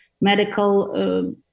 medical